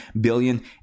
billion